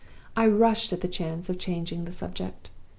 i rushed at the chance of changing the subject,